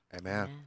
Amen